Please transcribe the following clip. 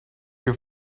your